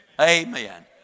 Amen